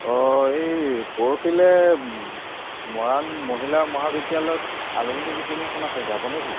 অঁ এই পৰহিলৈ মৰাণ মহিলা মহাবিদ্যালয়ত আলুমনি মিটিং এখন আছে যাব নেকি